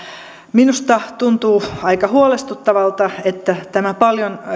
minusta tuntuu aika huolestuttavalta että tämä paljon